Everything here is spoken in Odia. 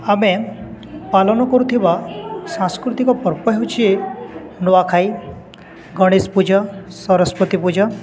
ଆମେ ପାଳନ କରୁଥିବା ସାଂସ୍କୃତିକ ପର୍ବ ହେଉଛିି ନୂଆଖାଇ ଗଣେଶ ପୂଜା ସରସ୍ଵତୀ ପୂଜା